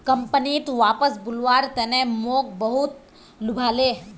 कंपनीत वापस बुलव्वार तने मोक बहुत लुभाले